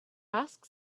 ask